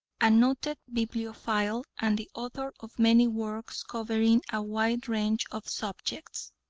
a noted bibliophile and the author of many works covering a wide range of subjects.